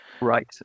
Right